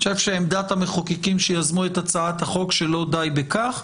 אני חושב שעמדת המחוקקים שיזמו את הצעת החוק היא שלא די בכך.